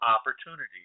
opportunities